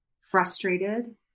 frustrated